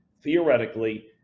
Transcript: theoretically